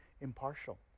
impartial